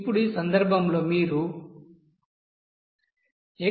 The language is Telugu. ఇప్పుడు ఈ సందర్భంలో మీరు x0